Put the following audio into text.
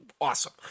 awesome